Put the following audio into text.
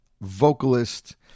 vocalist